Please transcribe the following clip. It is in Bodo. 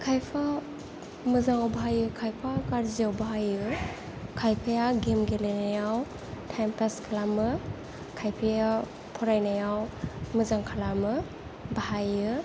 खायफा मोजाङाव बाहायो खायफा गाज्रियाव बाहायो खायफाया गेम गेलेनायाव टाइम पास खालामो खायफाया फरायनायाव मोजां खालामो बाहायो